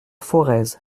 forez